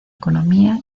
economía